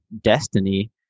destiny